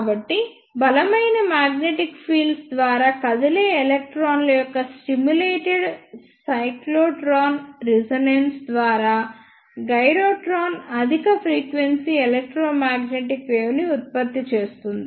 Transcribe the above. కాబట్టి బలమైన magnetic fields ద్వారా కదిలే ఎలక్ట్రాన్ల యొక్క స్టిములేటెడ్ సైక్లోట్రాన్ రెసోనెన్స్ ద్వారా గైరోట్రాన్ అధిక ఫ్రీక్వెన్సీ ఎలక్ట్రోమాగ్నెటిక్ వేవ్ ని ఉత్పత్తి చేస్తుంది